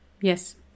Yes